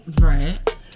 Right